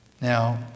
Now